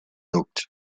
looked